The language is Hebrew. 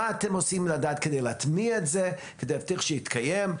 מה אתם עושים כדי להטמיע את זה ולהבטיח שזה יתקיים?